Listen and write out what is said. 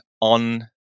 on